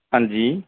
ਹਾਂਜੀ